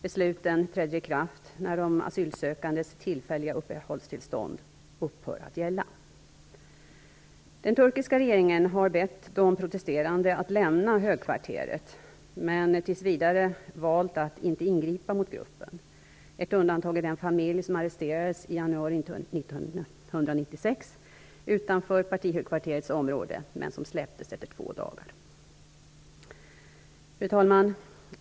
Besluten träder i kraft när de asylsökandes tillfälliga uppehållstillstånd upphör att gälla. Den turkiska regeringen har bett de protesterande att lämna högkvarteret, men tills vidare valt att inte ingripa mot gruppen. Ett undantag är den familj som arresterades i januari 1996 utanför partihögkvarterets område men som släpptes efter två dagar. Fru talman!